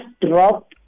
drop